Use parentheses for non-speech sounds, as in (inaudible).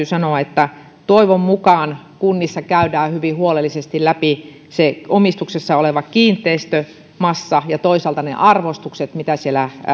(unintelligible) sanoa että toivon mukaan kunnissa käydään hyvin huolellisesti läpi se omistuksessa oleva kiinteistö massa ja toisaalta ne arvostukset mitä siellä